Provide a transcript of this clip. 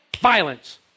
violence